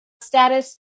status